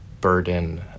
burden